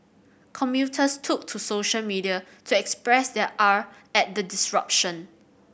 commuters took to social media to express their ire at the disruption